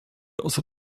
außer